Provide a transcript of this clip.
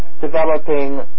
developing